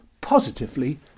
positively